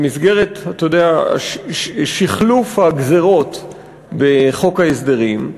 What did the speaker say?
במסגרת, אתה יודע, שִחְלוּף הגזירות בחוק ההסדרים,